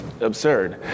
absurd